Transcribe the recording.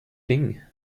ding